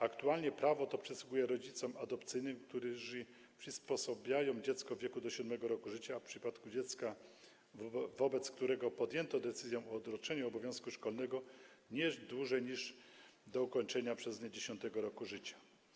Aktualnie prawo to przysługuje rodzicom adopcyjnym, którzy przysposabiają dziecko w wieku do 7. roku życia, a w przypadku dziecka, wobec którego podjęto decyzję o odroczeniu obowiązku szkolnego, nie dłużej niż do ukończenia przez nie 10. roku życia.